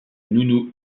nounou